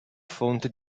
fonte